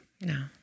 No